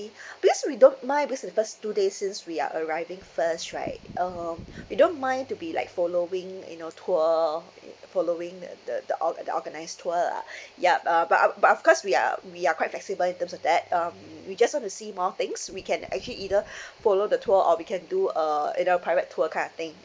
because we don't mind because in the first two days since we're arriving first right um we don't mind to be like following you know tour in uh following the the the org~ uh the organised tour ah ya uh but of but of course we're we're quite flexible in term of that um we just want to see more things we can actually either follow the tour or we can do a you know private tour kind of thing